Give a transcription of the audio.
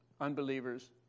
unbelievers